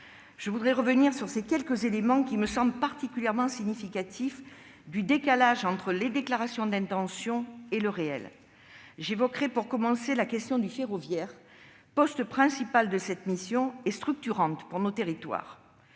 Je voudrais revenir sur quelques éléments qui me semblent particulièrement significatifs du décalage entre les déclarations d'intention et le réel. J'évoquerai, pour commencer, la question du ferroviaire, poste principal de cette mission qui joue un rôle structurant pour nos territoires.